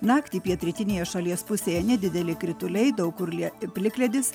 naktį pietrytinėje šalies pusėje nedideli krituliai daug kur lie plikledis